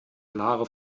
klare